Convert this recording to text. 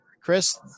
Chris